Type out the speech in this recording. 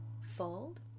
fold